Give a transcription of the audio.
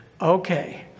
Okay